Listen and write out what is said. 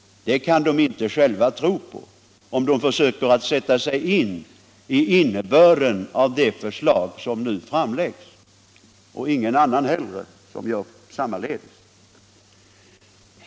Det kan de inte själva tro på, om de försöker sätta sig in i innebörden av det förslag som nu framläggs, och ingen annan heller som gör sammaledes.